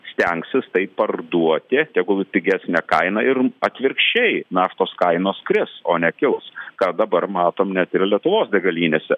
stengsis tai parduoti tegul pigesne kaina ir atvirkščiai naftos kainos kris o nekils ką dabar matom net ir lietuvos degalinėse